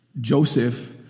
Joseph